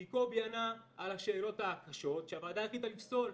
כי קובי ענה על השאלות הקשות שהוועדה החליטה לפסול.